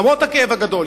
למרות הכאב הגדול.